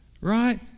Right